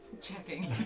checking